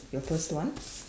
your first one